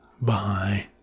Bye